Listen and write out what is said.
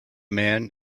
man